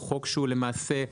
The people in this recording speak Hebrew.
הוא חוק לא מיושם,